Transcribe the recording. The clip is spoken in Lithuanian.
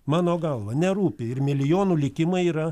mano galva nerūpi ir milijonų likimai yra